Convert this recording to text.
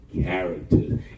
character